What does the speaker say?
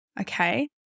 okay